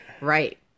Right